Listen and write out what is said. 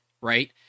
right